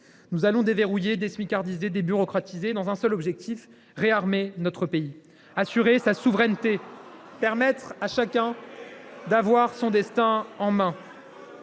Nous allons déverrouiller, désmicardiser, débureaucratiser, dans un seul objectif : réarmer notre pays pour assurer sa souveraineté et permettre à chacun d’avoir son destin en main.